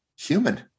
human